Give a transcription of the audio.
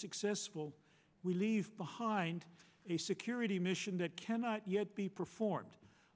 successful we leave behind a security mission that cannot yet be performed